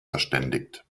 verständigt